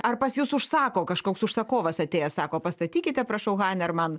ar pas jus užsako kažkoks užsakovas atėjęs sako pastatykite prašau haner man